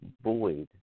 void